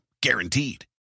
Guaranteed